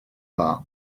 dda